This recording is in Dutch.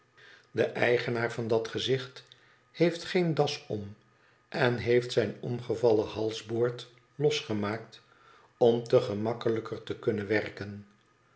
de eigenaar van dat gezicht beeft geen das om en heeft zijn omgevallen halsboord losgemaakt om te gemakkelijker te kunnen werken